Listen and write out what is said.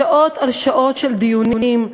שעות על שעות של דיונים,